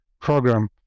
program